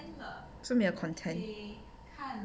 是没有 content